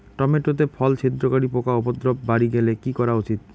Tomato তে ফল ছিদ্রকারী পোকা উপদ্রব বাড়ি গেলে কি করা উচিৎ?